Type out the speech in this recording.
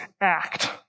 act